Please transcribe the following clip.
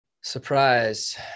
Surprise